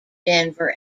denver